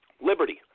liberty